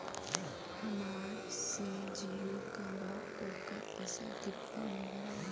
हमार सिम जीओ का बा त ओकर पैसा कितना मे भराई?